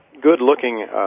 good-looking